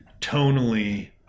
tonally